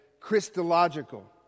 Christological